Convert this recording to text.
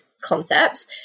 concepts